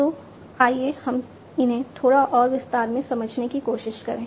तो आइए हम इन्हें थोड़ा और विस्तार से समझने की कोशिश करें